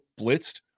blitzed